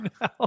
now